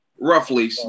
roughly